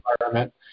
environment